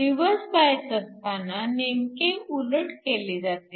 reverse bias असताना नेमके उलट केले जाते